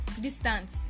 distance